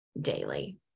daily